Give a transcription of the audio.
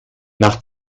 nach